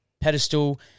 pedestal